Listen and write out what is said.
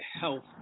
health